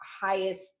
highest